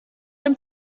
dem